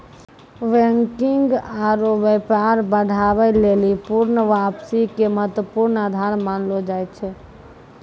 banking आरु व्यापार बढ़ाबै लेली पूर्ण वापसी के महत्वपूर्ण आधार मानलो जाय छै